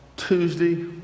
tuesday